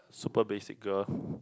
super basic girl